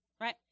Right